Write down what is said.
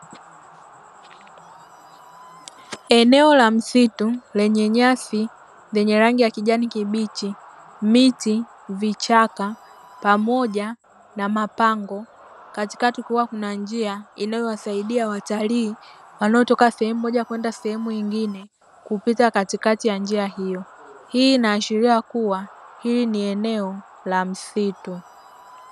Eneo la msitu lenye nyasi zenye rangi ya kijani kibichi, miti, vichaka, pamoja na mapango, katikati kukiwa na njia inayowasaidia watalii kutoka sehemu moja kwenda sehemu nyingine, kupita katikati ya njia hiyo. Hii inaashiria kuwa, hili ni eneo la msitu.